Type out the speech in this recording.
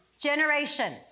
generation